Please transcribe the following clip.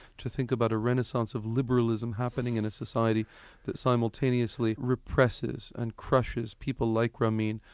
to think about a renaissance of liberalism happening in a society that simultaneously represses and crushes people like ramin,